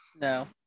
No